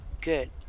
good